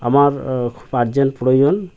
আমার খুব আর্জেন্ট প্রয়োজন